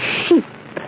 sheep